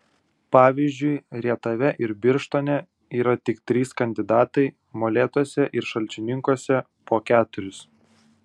pavyzdžiui rietave ir birštone yra tik trys kandidatai molėtuose ir šalčininkuose po keturis